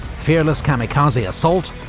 fearless kamikaze assault,